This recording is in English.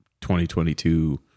2022